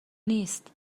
نیست